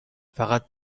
فقط